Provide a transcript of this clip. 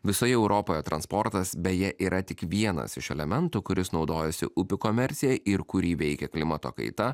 visoje europoje transportas beje yra tik vienas iš elementų kuris naudojosi upių komercija ir kurį veikia klimato kaita